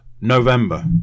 November